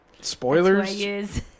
Spoilers